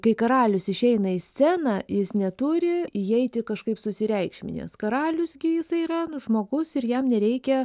kai karalius išeina į sceną jis neturi įeiti kažkaip susireikšminęs karalius gi jisai yra nu žmogus ir jam nereikia